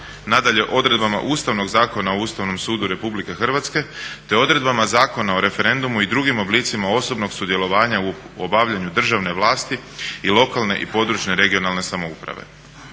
nadalje odredbama Ustavnog zakona o Ustavnom sudu RH, te odredbama Zakona o referendumu i drugim oblicima osobnog sudjelovanja u obavljanju državne vlasti i lokalne i područne (regionalne) samouprave.